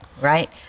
right